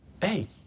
hey